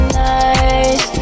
nice